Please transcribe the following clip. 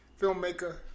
filmmaker